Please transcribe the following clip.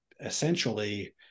essentially